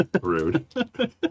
Rude